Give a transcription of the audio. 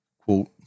Quote